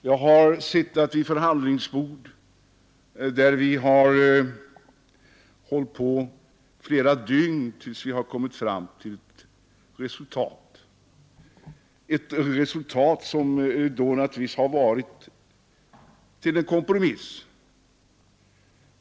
Jag har suttit vid förhandlingsbord, där det dröjt flera dygn innan man kommit fram till resultat, ett resultat som vanligen har varit en kompromiss.